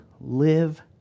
live